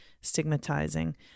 stigmatizing